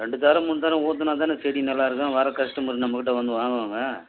ரெண்டு தரம் மூணு தரம் ஊற்றுனாதான செடி நல்லா இருக்கும் வர கஸ்ட்டமரு நம்ம கிட்டே வந்து வாங்குவாங்க